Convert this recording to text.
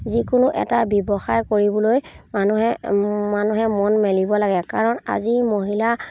যিকোনো এটা ব্যৱসায় কৰিবলৈ মানুহে মানুহে মন মেলিব লাগে কাৰণ আজিৰ মহিলা